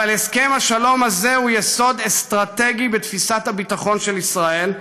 אבל הסכם השלום הזה הוא יסוד אסטרטגי בתפיסת הביטחון של ישראל,